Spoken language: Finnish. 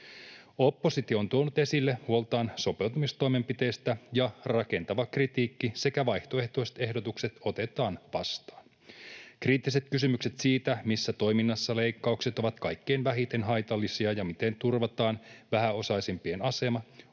Oppositio on tuonut esille huoltaan sopeutumistoimenpiteistä, ja rakentava kritiikki sekä vaihtoehtoiset ehdotukset otetaan vastaan. Kriittiset kysymykset siitä, missä toiminnassa leikkaukset ovat kaikkein vähiten haitallisia ja miten turvataan vähäosaisimpien asema,